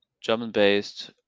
German-based